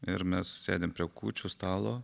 ir mes sėdim prie kūčių stalo